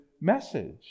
message